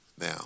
now